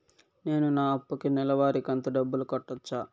నేను నా అప్పుకి నెలవారి కంతు డబ్బులు కట్టొచ్చా?